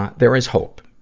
ah there is hope.